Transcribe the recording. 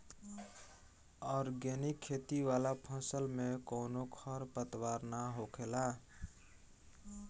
organic खेती वाला फसल में कवनो खर पतवार ना होखेला